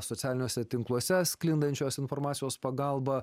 socialiniuose tinkluose sklindančios informacijos pagalba